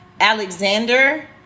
Alexander